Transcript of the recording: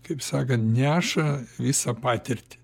kaip sakant neša visą patirtį